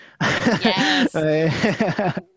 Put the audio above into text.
Yes